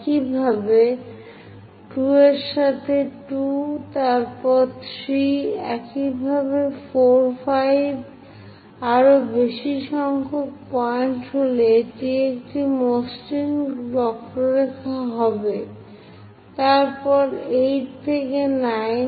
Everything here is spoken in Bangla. একইভাবে 2 এর সাথে 2 তারপর 3 একইভাবে 4 5 আরও বেশি সংখ্যক পয়েন্ট হলে এটি একটি মসৃণ বক্ররেখা হবে তারপর 8 এবং 9